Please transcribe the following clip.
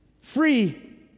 Free